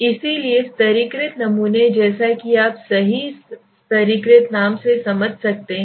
इसलिए स्तरीकृत नमूने जैसा कि आप सही स्तरीकृत नाम से समझ सकते हैं